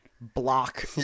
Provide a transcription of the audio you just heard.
block